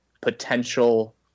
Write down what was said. potential